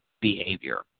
behavior